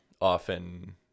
often